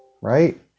right